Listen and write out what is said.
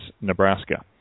Nebraska